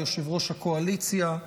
ליושב-ראש הקואליציה.